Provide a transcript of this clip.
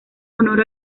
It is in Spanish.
honor